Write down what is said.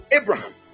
abraham